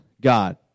God